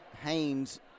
Haynes